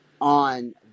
on